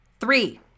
Three